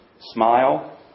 Smile